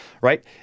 right